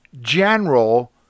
general